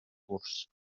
curs